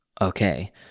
okay